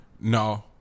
no